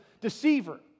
deceiver